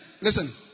listen